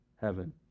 heaven